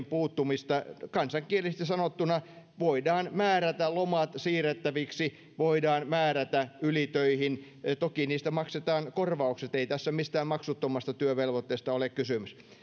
puuttumista kansankielisesti sanottuna voidaan määrätä lomat siirrettäviksi voidaan määrätä ylitöihin toki niistä maksetaan korvaukset ei tässä mistään maksuttomasta työvelvoitteesta ole kysymys